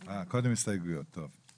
אה, קודם הסתייגויות, טוב.